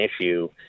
issue